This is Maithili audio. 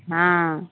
हँ